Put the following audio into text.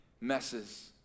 messes